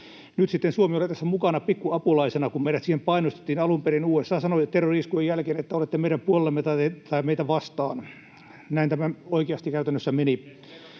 Nyt Suomi oli tässä mukana pikku apulaisena, kun meidät siihen painostettiin. Alun perin USA sanoi terrori-iskujen jälkeen, että olette meidän puolellamme tai meitä vastaan. Näin tämä oikeasti käytännössä meni.